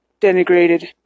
denigrated